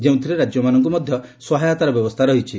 ଯେଉଁଥିରେ ରାଜ୍ୟମାନଙ୍କୁ ମଧ୍ଧ ସହାୟତାର ବ୍ୟବସ୍ରା ରହିଛି